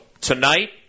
Tonight